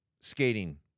skating